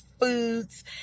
foods